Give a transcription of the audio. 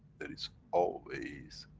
there is always